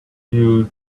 you